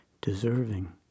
deserving